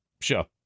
sure